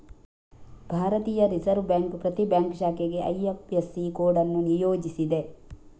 ಭಾರತೀಯ reserve bank ಪ್ರತಿ bank ಶಾಖೆಗೆ ಐ.ಎಫ್.ಎಸ್.ಸಿ ಕೋಡ್ ಅನ್ನು ನಿಯೋಜಿಸಿದೆ